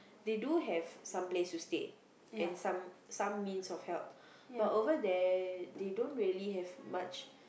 they do have some place to stay and some some means of help but over there they don't really have much